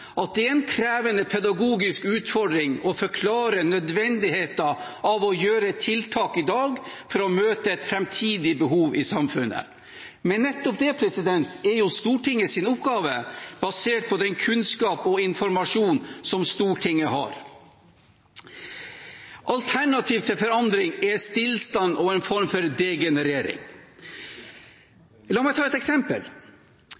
det: Det er en krevende pedagogisk utfordring å forklare nødvendigheten av å gjøre tiltak i dag for å møte et framtidig behov i samfunnet. Men nettopp det er Stortingets oppgave, basert på den kunnskap og informasjon som Stortinget har. Alternativet til forandring er stillstand og en form for